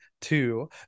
two